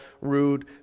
rude